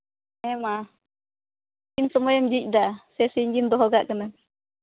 ᱦᱮᱸ ᱢᱟ ᱛᱤᱱ ᱥᱚᱢᱚᱭᱮᱢ ᱡᱷᱤᱡᱽᱫᱟ ᱥᱮ ᱥᱤᱧ ᱜᱮᱢ ᱫᱚᱦᱚ ᱠᱟᱜ ᱠᱟᱱᱟ